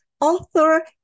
author